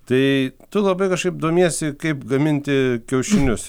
tai tu labai kažkaip domiesi kaip gaminti kiaušinius